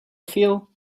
feel